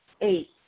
Eight